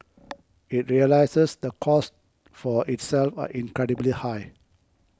it realises the costs for itself are incredibly high